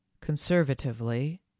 conservatively